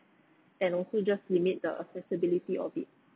and also just limit the accessibility of it